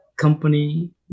company